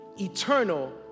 eternal